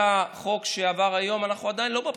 החוק שעבר היום אנחנו עדיין לא בבחירות,